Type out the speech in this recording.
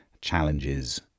challenges